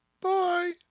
Bye